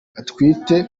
atwite